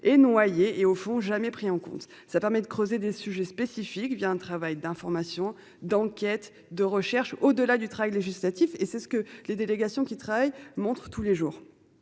est noyé et au fond jamais pris en compte. Ça permet de creuser des sujets spécifiques via un travail d'information, d'enquêtes de recherche au-delà du travail législatif et c'est ce que les délégations qui travaillent montrent tous les jours.